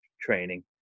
training